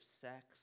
sex